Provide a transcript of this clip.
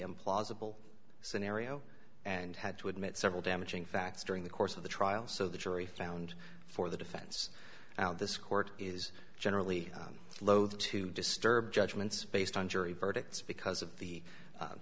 implausible scenario and had to admit several damaging facts during the course of the trial so the jury found for the defense now this court is generally loathe to disturb judgments based on jury verdicts because of the